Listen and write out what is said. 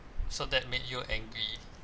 so that made you angry